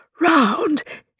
round